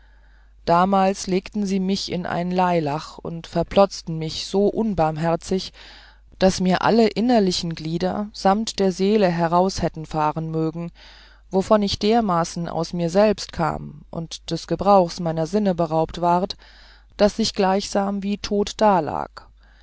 damals legten sie mich in ein leilach und zerplotzten mich so unbarmherzig daß mir alle innerliche glieder samt der seele heraus hätten fahren mögen wovon ich dermaßen aus mir selber kam und des gebrauchs meiner sinnen beraubt ward daß ich gleichsam wie tot dalag